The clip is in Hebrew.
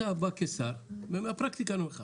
אתה בא כשר מהפרקטיקה אני אומר לך